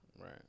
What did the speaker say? Right